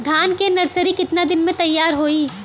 धान के नर्सरी कितना दिन में तैयार होई?